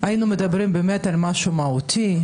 היינו מדברים באמת על משהו מהותי,